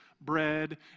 bread